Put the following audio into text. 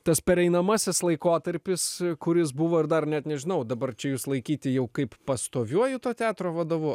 tas pereinamasis laikotarpis kuris buvo ir dar net nežinau dabar čia jus laikyti jau kaip pastoviuoju to teatro vadovu